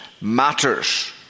matters